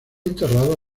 enterrado